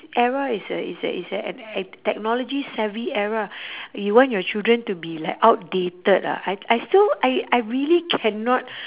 era is a is a is a ad~ ad~ technology savvy era you want your children to be like outdated ah I I still I I really cannot